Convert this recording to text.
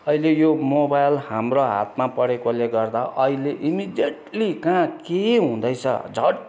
अहिले यो मोबाइल हाम्रो हातमा परेकाले गर्दा अहिले इमिडिएटली कहाँ के हुँदैछ झट्टै